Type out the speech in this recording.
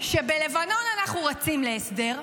שבלבנון אנחנו רצים להסדר,